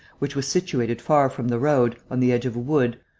which was situated far from the road, on the edge of a wood,